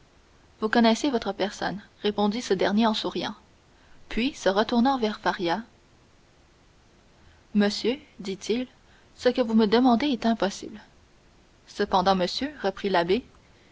vous connaissez votre personne répondit ce dernier souriant puis se retournant vers faria monsieur dit-il ce que vous me demandez est impossible cependant monsieur reprit l'abbé